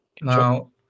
Now